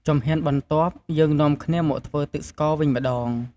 ជំហានបន្ទាប់ យើងនាំគ្នាមកធ្វើទឹកស្ករវិញម្ដង។